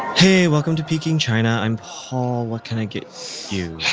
hey. welcome to peking china. i'm paul. what can i get you?